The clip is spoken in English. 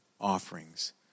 offerings